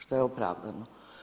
Što je opravdano.